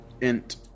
int